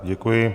Děkuji.